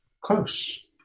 close